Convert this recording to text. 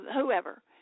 whoever